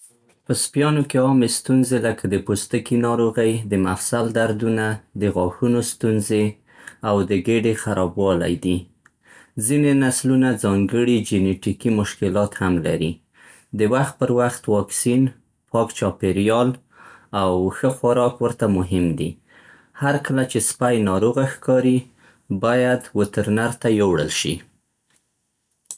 په سپيانو کې عامې ستونزې لکه د پوستکي ناروغۍ، د مفصل دردونه، د غاښونو ستونزې، او د ګېډې خرابوالی دي. ځینې نسلونه ځانګړي جینيټيکي مشکلات هم لري. د وخت پر وخت واکسین، پاک چاپېریال، او ښه خوراک ورته مهم دي. هر کله چې سپی ناروغه ښکاري، باید وترنر ته یوړل شي.